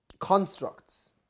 Constructs